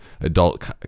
adult